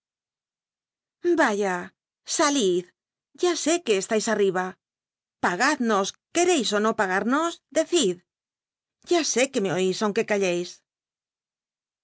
yaya salid a sé que estais ll'liba pagadnos quercis ó no paganos decid ya sé que me oís aunque callcis